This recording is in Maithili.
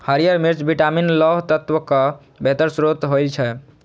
हरियर मिर्च विटामिन, लौह तत्वक बेहतर स्रोत होइ छै